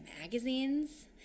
magazines